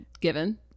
Given